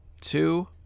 two